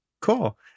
cool